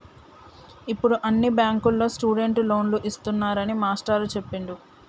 ఇప్పుడు అన్ని బ్యాంకుల్లో స్టూడెంట్ లోన్లు ఇస్తున్నారని మాస్టారు చెప్పిండు